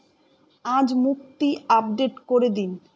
আজ মুক্তি আপডেট করে দিন